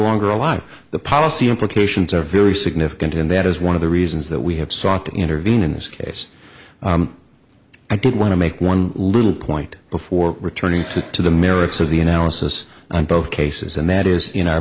longer a lot of the policy implications are very significant and that is one of the reasons that we have sought to intervene in this case i do i want to make one little point before returning to the merits of the analysis on both cases and that is in our